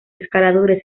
escaladores